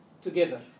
together